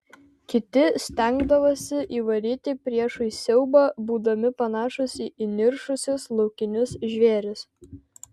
kiti stengdavosi įvaryti priešui siaubą būdami panašūs į įniršusius laukinius žvėris